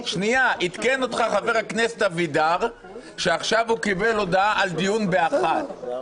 עדכן אותך חבר הכנסת אבידר שעכשיו הוא קיבל הודעה על דיון ב-13:00.